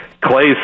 Clay's